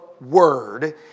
word